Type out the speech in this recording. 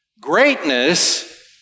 Greatness